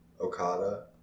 Okada